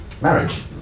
marriage